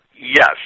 yes